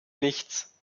nichts